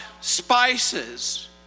spices